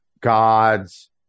God's